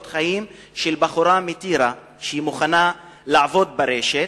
חיים של בחורה מטירה שמוכנה לעבוד ברשת.